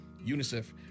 UNICEF